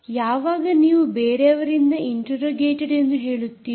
ಯಾವಾಗ ನೀವು ಬೇರೆಯವರಿಂದ ಇಂಟೆರೋಗೇಟೆಡ್ ಎಂದು ಹೇಳುತ್ತೀರಿ